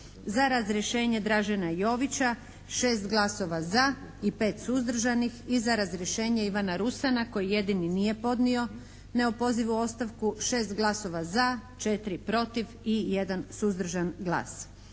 Za razrješenje Dražena Jovića 6 glasova za i 5 suzdržanih i za razrješenje Ivana Rusana koji jedini nije podnio neopozivu ostavku 6 glasova za, 4 protiv i 1 suzdržan glas.